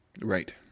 Right